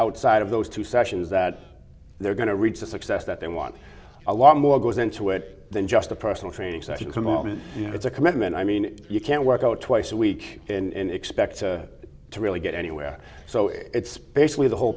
outside of those two sessions that they're going to reach the success that they want a lot more goes into it than just a personal training session commitment it's a commitment i mean you can't work out twice a week and expect to really get anywhere so it's basically the whole